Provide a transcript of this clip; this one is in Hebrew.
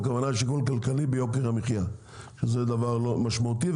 הכוונה לשיקול הכלכלי ביוקר המחיה שזה דבר משמעותי,